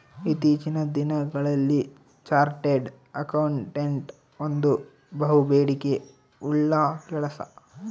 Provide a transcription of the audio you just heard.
ಇತ್ತೀಚಿನ ದಿನಗಳಲ್ಲಿ chartered accountant ಒಂದು ಬಹುಬೇಡಿಕೆ ಉಳ್ಳ ಕೆಲಸ